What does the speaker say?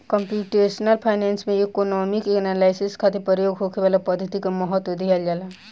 computational finance में economic analysis खातिर प्रयोग होखे वाला पद्धति के महत्व दीहल जाला